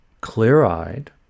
clear-eyed